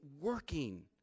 working